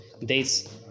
dates